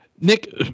Nick